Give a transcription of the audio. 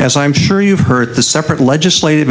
as i'm sure you've heard the separate legislative